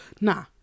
nah